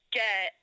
get